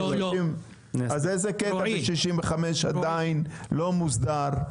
אז איזה קטע בכביש 65 עדיין לא מוסדר?